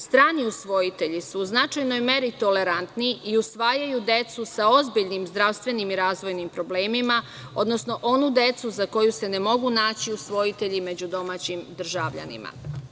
Strani usvojitelji su u značajnoj meri tolerantni i usvajaju decu sa ozbiljnim zdravstvenim i razvojnim problemima, odnosno onu decu za koju se ne mogu naći usvojitelji među domaćim državljanima.